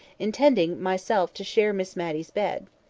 intending myself to share miss matty's bed.